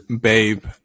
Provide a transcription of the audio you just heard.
Babe